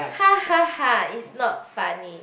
ha ha ha it's not funny